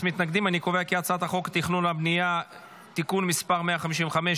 חוק התכנון והבנייה (תיקון מס' 155),